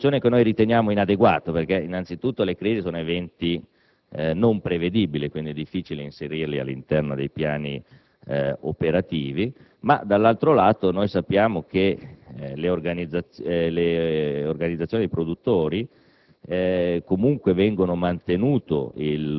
Questa è una soluzione che riteniamo inadeguata, perché le crisi sono eventi non prevedibili e quindi è difficile inserirle all'interno dei piani operativi. Dall'altro lato, sappiamo che le organizzazioni dei produttori